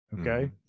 okay